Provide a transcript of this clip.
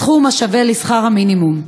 סכום השווה לשכר המינימום.